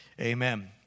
Amen